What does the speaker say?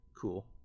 cool